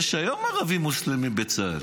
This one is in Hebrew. יש היום ערבים מוסלמים בצה"ל,